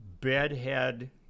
Bedhead